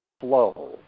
flow